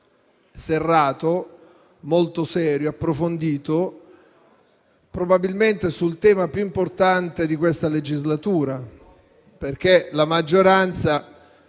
serrato, molto serio e approfondito, probabilmente sul tema più importante di questa legislatura, perché la maggioranza,